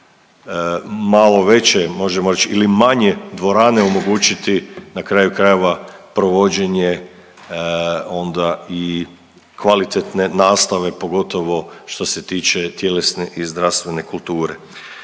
malo veće možemo reći ili manje dvorane omogućiti, na kraju krajeva provođenje onda i kvalitetne nastave, pogotovo što se tiče tjelesne i zdravstvene kulture.